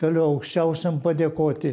galiu aukščiausiam padėkoti